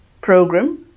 program